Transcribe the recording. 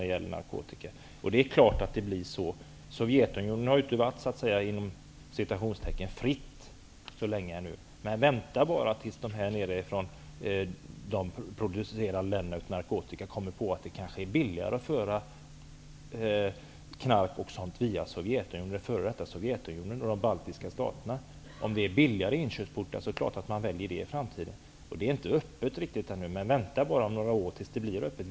Det är klart att det blir så. Ryssland har inte varit ''fritt'' så länge. Men vänta bara tills de narkotikaproducerande länderna kommer på att det kanske blir billigare att föra narkotika via f.d. Sovjetunionen och de baltiska staterna. Om de är billigare inkörsportar väljer man klart dessa i framtiden. Det är inte riktigt öppet ännu, men vänta bara några år tills det blir öppet.